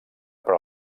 per